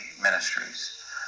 Ministries